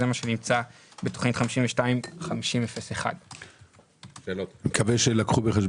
זה מה שנמצא בתוכנית 525001. שאלות, חברים.